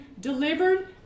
delivered